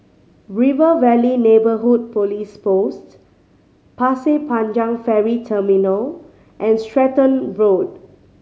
River Valley Neighbourhood Police Post Pasir Panjang Ferry Terminal and Stratton Road